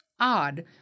odd